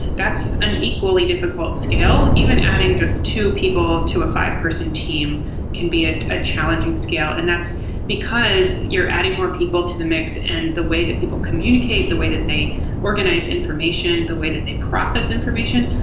that's an equally difficult scale. even adding just two people to a five-person team can be ah a challenging scale, and that's because you're adding more people to the mix and the way that people communicate, the way that they organize information, the way that they process information,